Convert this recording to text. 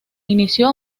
inició